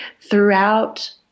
throughout